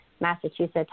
Massachusetts